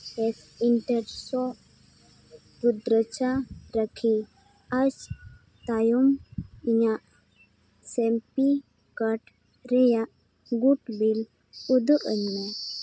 S ᱮᱱᱴᱮᱠᱥᱚ ᱠᱩᱰᱨᱮᱪᱟ ᱨᱟᱹᱠᱷᱤ ᱛᱟᱭᱚᱢ ᱤᱧᱟᱹᱜ ᱥᱮᱞᱯᱷᱤ ᱠᱟᱴ ᱨᱮᱭᱟᱜ ᱜᱩᱰ ᱵᱤᱞ ᱩᱫᱩᱜᱼᱟᱹᱧ ᱢᱮ